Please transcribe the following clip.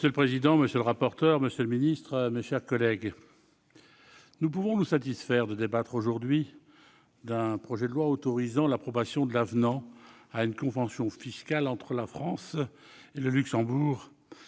Monsieur le président, monsieur le ministre, mes chers collègues, nous pouvons nous satisfaire de débattre aujourd'hui d'un projet de loi autorisant l'approbation de l'avenant à une convention fiscale entre la France et le Luxembourg.